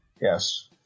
Yes